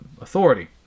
authority